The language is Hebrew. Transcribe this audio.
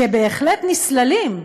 שבהחלט נסללים,